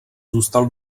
zůstal